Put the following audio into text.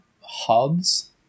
hubs